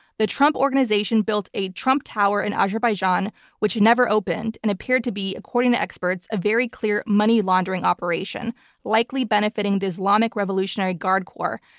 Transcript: the trump organization built a trump tower in azerbaijan which never opened and appeared to be, according to experts, a very clear money-laundering operation likely benefiting the islamic revolutionary guard corps.